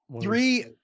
Three